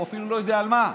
והוא אפילו לא יודע על מה.